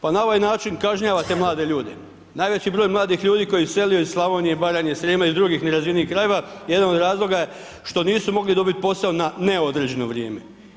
Pa na ovaj način kažnjavate mlade ljude, najveći broj mladih ljudi koji je iselio iz Slavonije, Baranje, Srijema, iz drugih nerazvijenih krajeva jedan od razloga je što nisu mogli dobiti posao na neodređeno vrijeme.